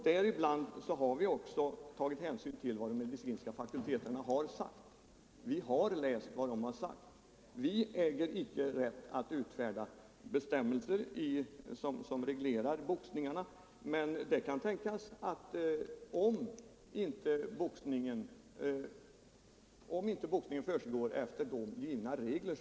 Därvid har vi också läst och tagit hänsyn till vad de medicinska fakulteterna har sagt. Vi äger icke rätt att utfärda bestämmelser som reglerar boxningarna, men det kan tänkas att vi får återkomma, om boxningen inte håller sig inom de givna reglerna.